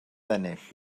ennill